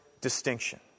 distinction